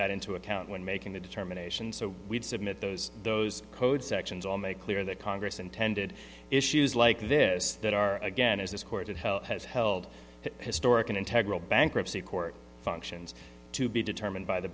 that into account when making the determination so we'd submit those those code sections all make clear that congress intended issues like this that are again as this court of hell has held that historic and integrity bankruptcy court functions to be determined by the